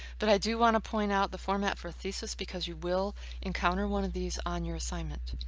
but i do want to point out the format for thesis because you will encounter one of these on your assignment.